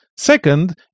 Second